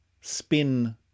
spin